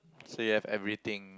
say you have everything